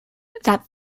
that